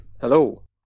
Hello